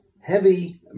heavy